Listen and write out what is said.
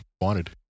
wanted